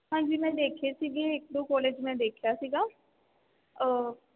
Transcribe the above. ਹਾਂਜੀ ਮੈਂ ਦੇਖੇ ਸੀਗੇ ਇੱਕ ਦੋ ਕੋਲੇਜ ਮੈਂ ਦੇਖਿਆ ਸੀਗਾ